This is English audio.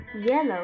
yellow